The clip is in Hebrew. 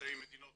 מיוצאי מדינות